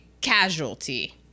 Casualty